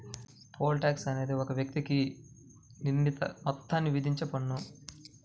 pole tax అనేది ఒక వ్యక్తికి నిర్ణీత మొత్తాన్ని విధించే పన్ను